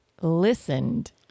listened